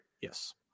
Yes